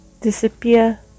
disappear